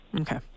Okay